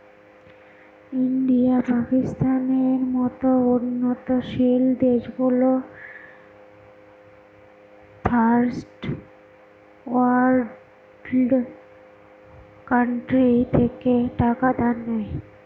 India, পাকিস্তানের মত উন্নয়নশীল দেশগুলো ফার্স্ট ওয়ার্ল্ড কান্ট্রি থেকে টাকা ধার করে